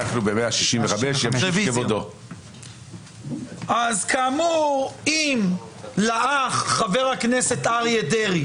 שלושה בעד, חמישה נגד,